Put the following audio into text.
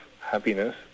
happiness